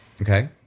Okay